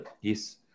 Yes